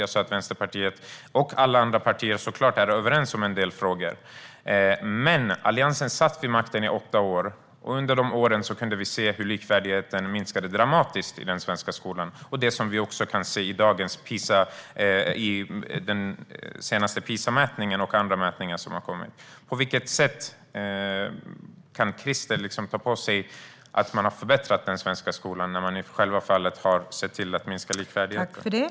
Jag sa att Vänsterpartiet, och såklart alla andra partier, är överens om en del frågor. Alliansen satt vid makten i åtta år. Och under dessa år kunde vi se att likvärdigheten dramatiskt minskade i den svenska skolan, vilket vi även har kunnat se i den senaste PISA-mätningen och även i andra mätningar som nyligen har kommit. På vilket sätt kan du, Christer Nylander, ta åt dig äran av att ni har förbättrat den svenska skolan när ni i själva verket har sett till att minska likvärdigheten?